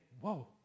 whoa